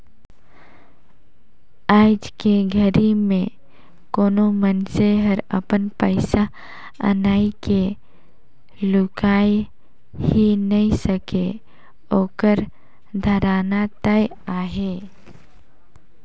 आयज के घरी मे कोनो मइनसे हर अपन पइसा अनई के लुकाय ही नइ सके ओखर धराना तय अहे